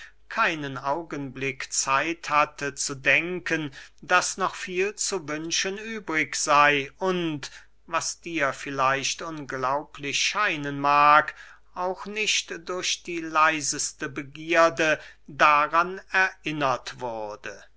keinen augenblick zeit hatte zu denken daß noch viel zu wünschen übrig sey und was dir vielleicht unglaublich scheinen mag auch nicht durch die leiseste begierde daran erinnert wurde